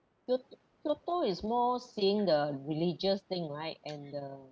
kyoto kyoto is more seeing the religious thing right and the